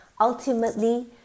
ultimately